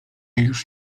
już